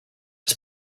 was